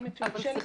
אם יורשה לי,